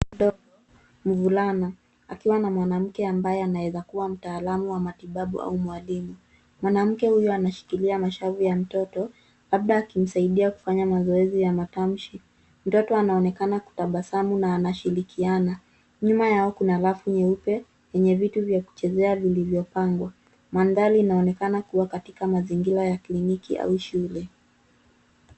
Mtoto mdogo, mvulana akiwa na mwanamke ambaye anayeweza kuwa mtaalamu wa matibu au mwalimu. Mwanamke huyu anashikilia mashavu ya mtoto labda akimsaidia kufanya mazoezi ya matamshi. Mtoto anaonekana kutabasamu na anashirikiana. Nyuma yao kuna rafu nyeupe enye vitu vya kuchezea vilivyopangwa. Mandhari inaonekana kuwa katika mazingira ya kliniki au shule.